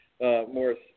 Morris